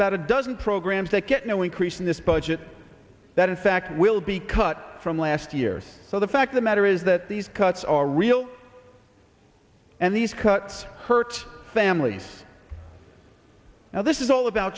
about a dozen programs that get no increase in this budget that in fact will be cut from last year so the fact the matter is that these cuts are real and these cuts hurt families now this is all about